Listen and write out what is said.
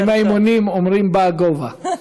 עם האימונים, אומרים, בא הגובה.